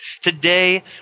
Today